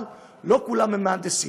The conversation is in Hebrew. אבל לא כולם הם מהנדסים,